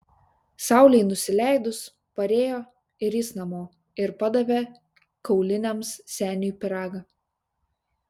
saulei nusileidus parėjo ir jis namo ir padavė kauliniams seniui pyragą